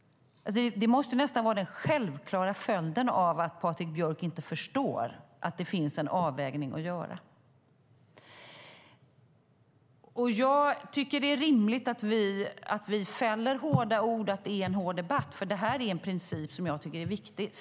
Det måste nästan vara den självklara följden av att Patrik Björck inte förstår att det finns en avvägning att göra. Jag tycker att det är rimligt att vi fäller hårda ord i en hård debatt, för det här är en princip som jag tycker är viktig.